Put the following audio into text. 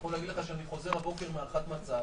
אני יכול להגיד לך שאני חוזר הבוקר מהארכת מצב